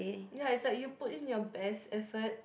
ya it's like you put in your best effort